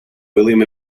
william